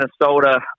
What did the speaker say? minnesota